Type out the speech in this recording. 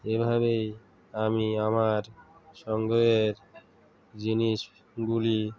এভাবেই আমি আমার সংগ্রহের জিনিসগুলি